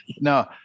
no